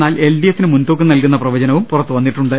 എന്നാൽ L D F മുൻതൂക്കം നൽകുന്ന പ്രവചനവും പുറത്തുവന്നിട്ടുണ്ട്